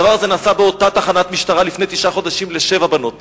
הדבר הזה נעשה באותה תחנת משטרה לפני תשעה חודשים לשבע בנות.